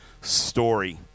story